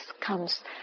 comes